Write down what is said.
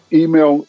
email